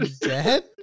dead